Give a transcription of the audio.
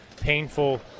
painful